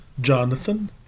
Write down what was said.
Jonathan